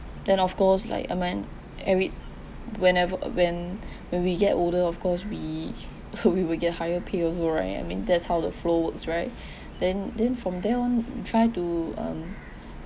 then of course like I meant every whenever when when we get older of course we hope we will get higher pay also right I mean that's how the flow works right then then from there on try to um